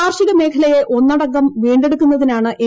കാർഷിക മേഖലയെ ഒന്നടങ്കം വീണ്ടെടുക്കുന്നതിനാണ് എൻ